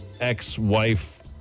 ex-wife